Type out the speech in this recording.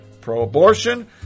Pro-abortion